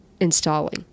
installing